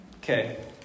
okay